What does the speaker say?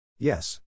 Yes